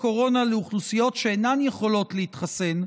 קורונה לאוכלוסיות שאינן יכולות להתחסן,